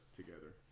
together